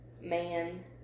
man